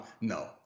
No